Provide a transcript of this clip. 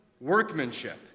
workmanship